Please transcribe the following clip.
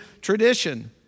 tradition